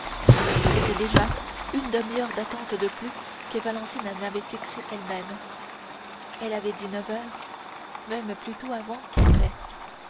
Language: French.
c'était déjà une demi-heure d'attente de plus que valentine n'avait fixée elle-même elle avait dit neuf heures même plutôt avant qu'après